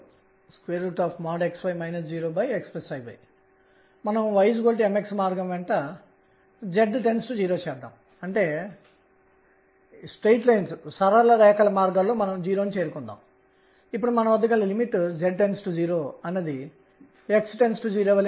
ఇప్పుడు Lz అనేది angular momentum కోణీయ ద్రవ్యవేగం L యొక్క z కాంపోనెంట్ అంశం